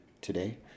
today